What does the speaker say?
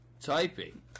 Typing